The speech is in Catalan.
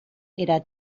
era